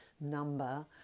number